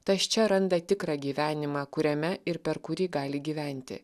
tas čia randa tikrą gyvenimą kuriame ir per kurį gali gyventi